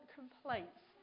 complaints